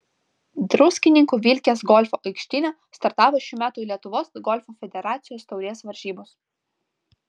druskininkų vilkės golfo aikštyne startavo šių metų lietuvos golfo federacijos taurės varžybos